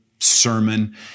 sermon